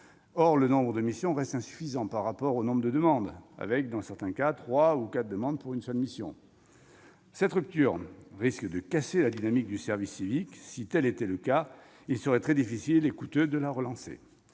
Or le nombre de missions reste insuffisant par rapport au nombre de demandes, avec, dans certains cas, trois ou quatre demandes pour une seule mission. Cette rupture risque de casser la dynamique du service civique. Si tel était le cas, il serait très difficile et coûteux de la relancer.